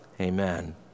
amen